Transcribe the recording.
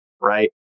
right